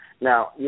Now